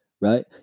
right